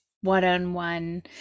one-on-one